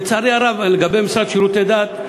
לצערי הרב, לגבי המשרד לשירותי דת,